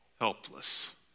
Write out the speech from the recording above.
helpless